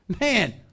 man